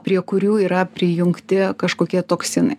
prie kurių yra prijungti kažkokie toksinai